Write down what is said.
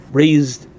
raised